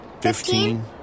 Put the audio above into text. Fifteen